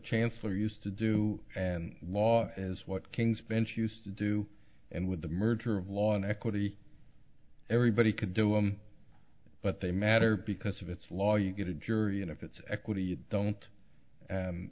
chancellor used to do and law is what king's bench used to do and with the merger of law and equity everybody could do but they matter because of it's law you get a jury and if it's equity you don't